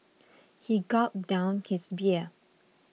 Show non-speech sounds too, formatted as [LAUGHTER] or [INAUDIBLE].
[NOISE] he gulped down his beer